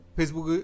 Facebook